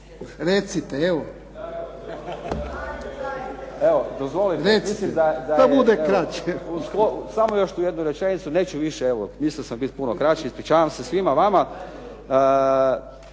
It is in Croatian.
(SDP)** Evo dozvolite mislim da je, samo još tu jednu rečenicu. Neću više evo. Mislio sam biti puno kraći. Ispričavam se svima vama.